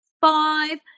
five